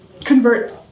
convert